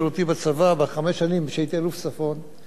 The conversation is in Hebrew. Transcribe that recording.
לקחתי על עצמי כאחד היעדים להילחם בתאונות הדרכים,